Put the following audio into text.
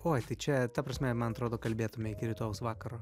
oi tai čia ta prasme man atrodo kalbėtume iki rytojaus vakaro